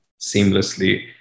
seamlessly